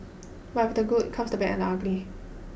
but with the good comes the bad and the ugly